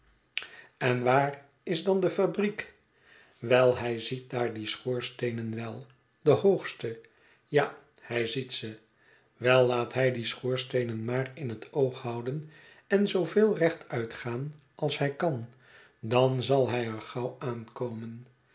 en waar is dan de fabriek wel hij ziet daar die schoorsteenen wel de hoogste ja hij ziet ze wel laat hij die schoorsteenen maar in het oog houden en zooveel rechtuit gaan als hij kan dan zal hij er gauw aankomen